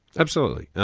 absolutely.